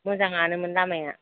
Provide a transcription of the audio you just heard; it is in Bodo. मोजाङानोमोन लामाया